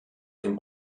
dem